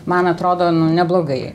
man atrodo nu neblogai